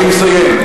אני מסיים.